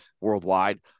worldwide